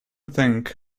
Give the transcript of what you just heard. think